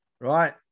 right